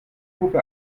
puppe